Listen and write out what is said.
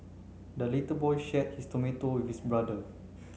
the little boy shared his tomato with his brother